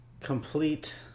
Complete